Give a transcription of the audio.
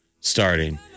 starting